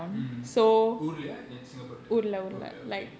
mm ஊர்லயா:oorlaya singapore லையா:laya okay